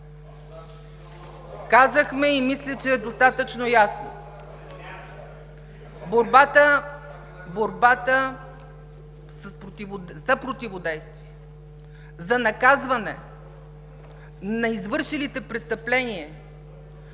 Казахме и мисля, че е достатъчно ясно: борбата за противодействие за наказване на извършилите престъпление